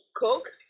Coke